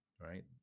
right